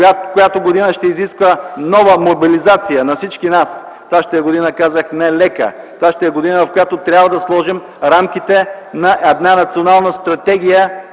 която година ще изисква нова мобилизация на всички нас; това ще е година, казах, не лека; това ще е година, в която трябва да сложим рамките на една национална стратегия